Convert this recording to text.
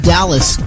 Dallas